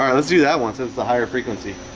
um let's do that one since the higher frequency